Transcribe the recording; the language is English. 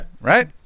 Right